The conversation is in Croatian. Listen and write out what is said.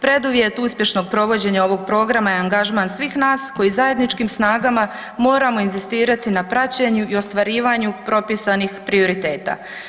Preduvjet uspješnog provođenja ovog programa i angažman svih nas koji zajedničkim snagama moramo inzistirati na praćenju i ostvarivanju propisanih prioriteta.